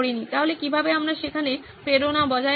তাহলে কিভাবে আমরা সেখানে প্রেরণা বজায় রাখব